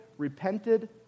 repented